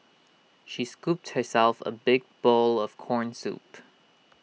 she scooped herself A big bowl of Corn Soup